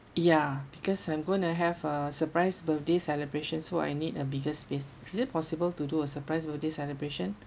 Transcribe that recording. ya because I'm gonna have uh surprise birthday celebrations so I need a bigger space is it possible to do a surprise birthday celebration